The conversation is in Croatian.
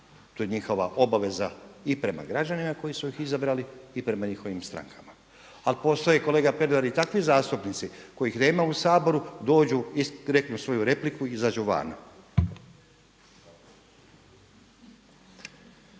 to je njihova obaveza i prema građanima koji su ih izabrali i prema njihovim strankama. Ali postoje kolega Pernar i takvi zastupnici kojih nema u Saboru, dođu, reknu svoju repliku i izađu van.